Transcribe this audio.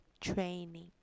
training